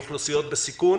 אוכלוסיות בסיכון,